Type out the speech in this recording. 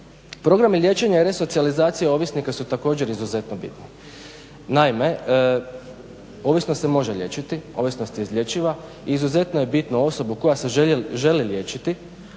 Programi liječenja i resocijalizacije ovisnika su također izuzetno bitni. Naime, ovisnost se može liječiti, ovisnost je izlječiva i izuzetno je bitno osobu koja se želi liječiti